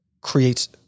creates